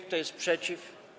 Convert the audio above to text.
Kto jest przeciw?